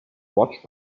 watched